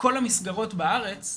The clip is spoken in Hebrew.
כל המסגרות בארץ,